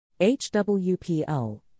HWPL